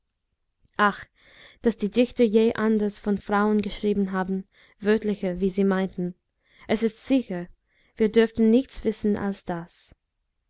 daß die dichter je anders von frauen geschrieben haben wörtlicher wie sie meinten es ist sicher wir durften nichts wissen als das